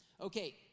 Okay